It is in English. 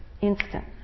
instant